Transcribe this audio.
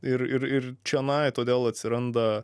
ir ir ir čionai todėl atsiranda